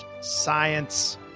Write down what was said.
science